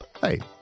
Hey